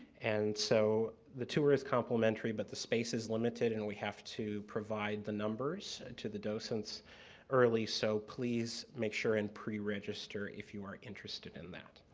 and so, the tour is complementary but the space is limited and we have to provide the numbers to the doses early so please make sure and preregister if you are interested in that.